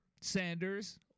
Sanders